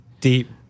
deep